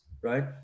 right